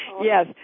Yes